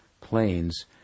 planes